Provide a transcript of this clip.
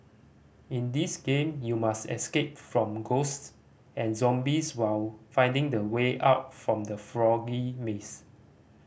in this game you must escape from ghosts and zombies while finding the way out from the foggy maze